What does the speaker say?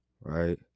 right